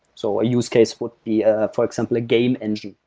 so a use case would be ah for example a game engine.